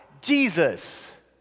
Jesus